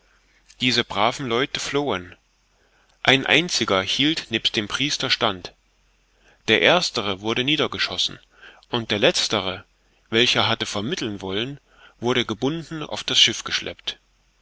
diese braven leute flohen ein einziger hielt nebst dem priester stand der erstere wurde niedergeschossen und der letztere welcher hatte vermitteln wollen wurde gebunden auf das schiff geschleppt